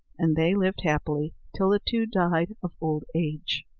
and they lived happily till the two died of old age.